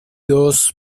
dos